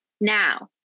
Now